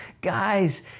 guys